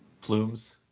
plumes